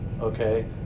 Okay